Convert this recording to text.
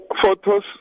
photos